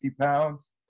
pounds